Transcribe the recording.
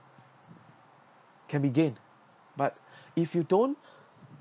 can be gained but if you don't